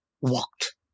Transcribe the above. walked